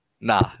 Nah